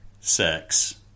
Sex